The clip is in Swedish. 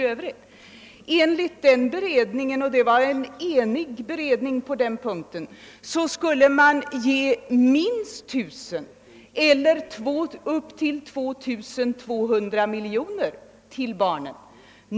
Enligt familjeskatteberedningen — som var enig på den punkten — skulle man ge minst 1 000 miljoner eller upp till 2200 miljoner till barnen.